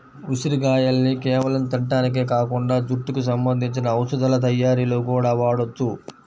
ఉసిరిగాయల్ని కేవలం తింటానికే కాకుండా జుట్టుకి సంబంధించిన ఔషధాల తయ్యారీలో గూడా వాడొచ్చు